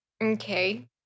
Okay